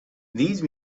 these